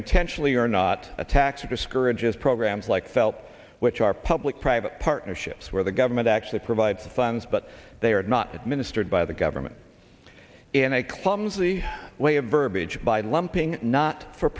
intentionally or not a tax discourages programs like felt which are public private partnerships where the government actually provides the funds but they are not administered by the government in a clumsy way of verbiage by lumping not for